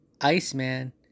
Iceman